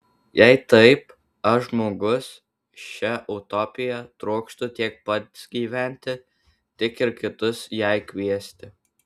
jei taip aš žmogus šia utopija trokštu tiek pats gyventi tiek ir kitus jai kviesti